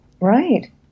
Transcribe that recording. Right